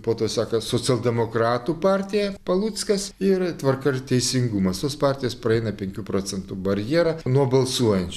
po to seka socialdemokratų partija paluckas ir tvarka ir teisingumas tos partijos praeina penkių procentų barjerą nuo balsuojančių